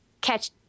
catch